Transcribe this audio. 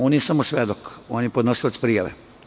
On nije samo svedok, on je podnosilac prijave.